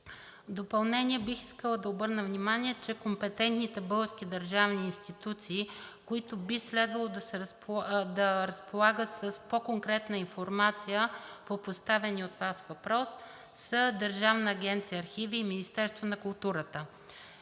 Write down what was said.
допълнение, бих искала да обърна внимание, че компетентните български държавни институции, които би следвало да разполагат с по-конкретна информация по поставения от Вас въпрос, са Държавната агенция „Архиви“ и Министерството на културата.